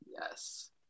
Yes